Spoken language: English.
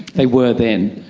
they were then.